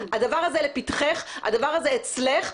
הדבר הזה לפתחך, הדבר הזה אצלך.